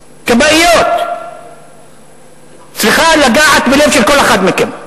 כבאיות, צריכה לגעת בלב של כל אחד מכם.